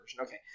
okay